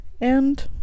and-